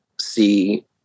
see